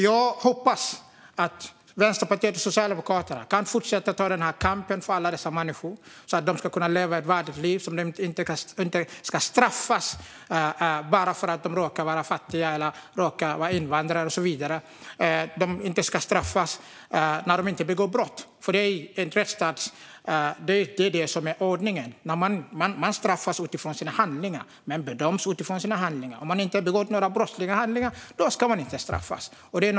Jag hoppas att Vänsterpartiet och Socialdemokraterna kan fortsätta ta kampen för alla dessa människor så att de kan leva ett värdigt liv och inte straffas för att de råkar vara fattiga, invandrare eller liknande. De ska inte straffas om de inte begår brott. I en rättsstat är ordningen den att man straffas utifrån sina handlingar och bedöms utifrån dem. Om man inte har begått några brottsliga handlingar ska man inte straffas.